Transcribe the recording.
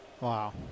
Wow